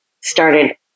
started